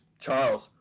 Charles